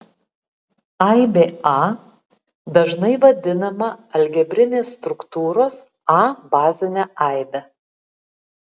aibė a dažnai vadinama algebrinės struktūros a bazine aibe